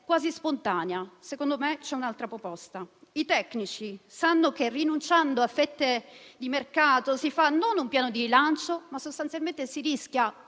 quasi spontanea: secondo me c'è un'altra proposta. I tecnici sanno che rinunciando a fette di mercato non si fa un piano di rilancio, ma sostanzialmente si rischia